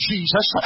Jesus